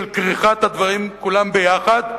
של כריכת הדברים כולם יחד,